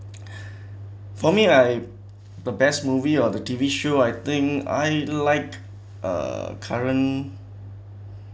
for me I the best movie or T_V show I think I like uh current